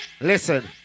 Listen